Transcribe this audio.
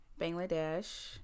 Bangladesh